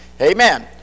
amen